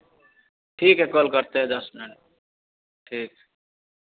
ठीक है कॉल करते हैं दस मिनट ठीक